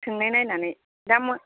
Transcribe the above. सोंनानै नाय दा